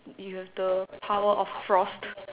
you have the power of frost